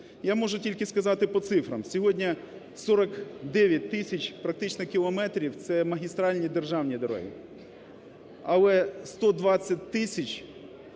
Я можу тільки сказати по цифрам. Сьогодні 49 тисяч практично кілометрів, це магістральні державні дороги. Але 120 тисяч